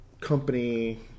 company